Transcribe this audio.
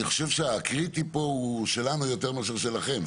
אני חושב שהקריטי פה הוא יותר שלנו מאשר שלכם.